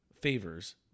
favors